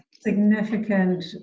significant